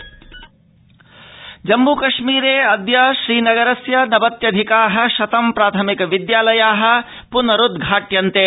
जम्म्कश्मीर स्थिति जम्मू कश्मीरे अद्य श्रीनगरस्य नवत्यधिकाः शतं प्राथमिक विद्यालयाः पुनरुद्वाट्यन्ते